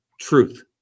truth